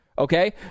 Okay